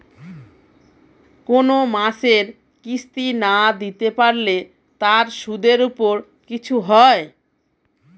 কোন মাসের কিস্তি না দিতে পারলে তার সুদের উপর কিছু হয়?